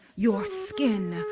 your skin,